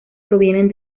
provienen